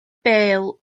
bêl